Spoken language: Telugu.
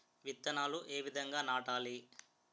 విత్తనాలు ఏ విధంగా నాటాలి?